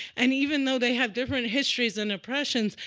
and even though they have different histories and oppressions,